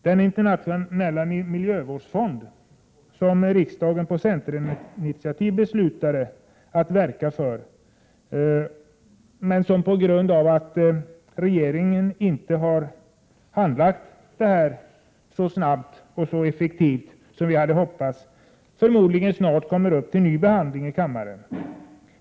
Den internationella miljövårdsfond som riksdagen på centerinitiativ har beslutat om att verka för — regeringen har dock inte handlagt ärendet så snabbt och effektivt som vi hade hoppats på — kommer förmodligen snart upp till ny behandling i kammaren.